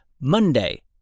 Monday